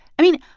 i mean,